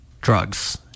drugs